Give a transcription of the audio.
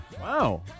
Wow